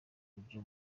buryo